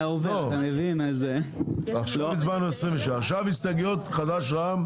עכשיו הסתייגויות של חד"ש-תע"ל